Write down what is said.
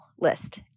list